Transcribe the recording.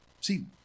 See